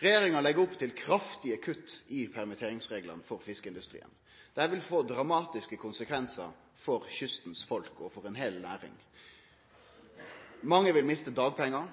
Regjeringa legg opp til kraftige kutt i permitteringsreglane for fiskeindustrien. Dette vil få dramatiske konsekvensar for folk på kysten og for ei heil næring. Mange vil miste dagpengar.